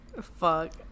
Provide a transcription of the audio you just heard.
fuck